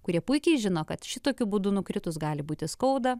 kurie puikiai žino kad šitokiu būdu nukritus gali būti skauda